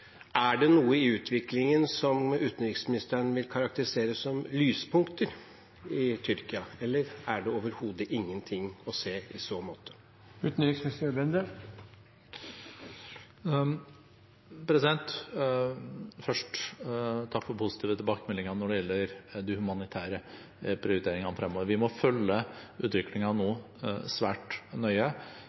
Er det noe i utviklingen i Tyrkia som utenriksministeren vil karakterisere som lyspunkter, eller er det overhodet ingenting å se i så måte? Takk for positive tilbakemeldinger når det gjelder de humanitære prioriteringene fremover. Vi må følge utviklingen svært nøye